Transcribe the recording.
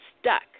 stuck